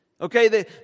Okay